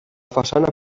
façana